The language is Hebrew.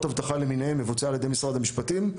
אבטחה למיניהן מבוצע על ידי משרד המשפטים,